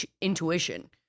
intuition